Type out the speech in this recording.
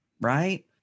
right